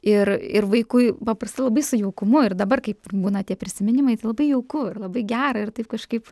ir ir vaikui paprastai labai su jaukumu ir dabar kaip ir būna tie prisiminimai tai labai jauku ir labai gera ir taip kažkaip